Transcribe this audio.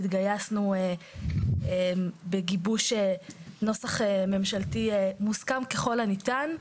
התגייסנו בגיבוש נוסח ממשלתי מוסכם ככל הניתן.